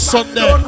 Sunday